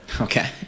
Okay